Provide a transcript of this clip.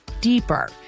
deeper